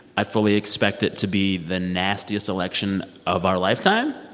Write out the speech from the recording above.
i fully expect it to be the nastiest election of our lifetime.